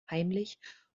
heimlich